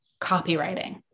copywriting